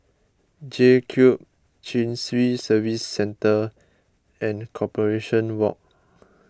J Cube Chin Swee Service Centre and Corporation Walk